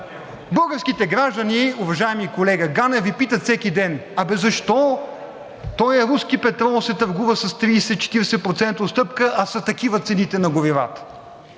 българските граждани, уважаеми колега Ганев, Ви питат всеки ден: абе защо този руски петрол се търгува с 30-40% отстъпка, а са такива цените на горивата.